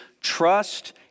Trust